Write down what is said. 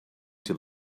till